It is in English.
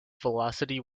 velocity